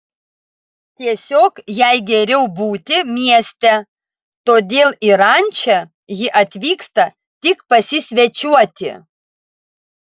tiesiog jai geriau būti mieste todėl į rančą ji atvyksta tik pasisvečiuoti